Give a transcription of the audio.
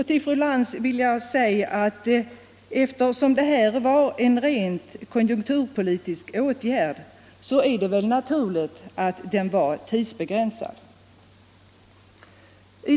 Till fru Lantz vill jag säga, att eftersom detta var en rent konjunkturpolitisk åtgärd är det väl naturligt att den var tidsbegränsad.